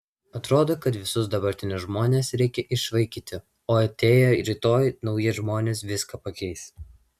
atrodo kad visus dabartinius žmones reikia išvaikyti o atėję rytoj nauji žmonės viską pakeis